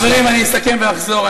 חברים, אני אסכם ואחזור.